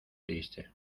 triste